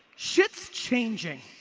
shit's changing.